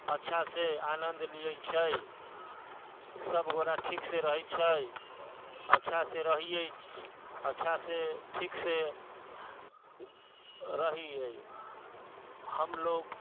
अच्छासँ आनन्द लियै छै सब गोरा ठीकसँ रहै छै अच्छासँ रहियै अच्छासँ ठीकसँ रहियै हमलोग